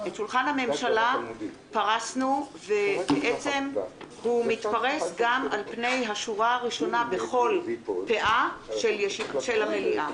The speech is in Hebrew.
את שולחן הממשלה פרסנו והוא מתפרס גם בשורה הראשונה בכל פאה של המליאה.